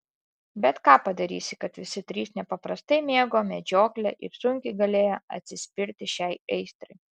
bet ką padarysi kad visi trys nepaprastai mėgo medžioklę ir sunkiai galėjo atsispirti šiai aistrai